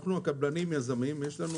אנחנו הקבלנים יזמים, יש לנו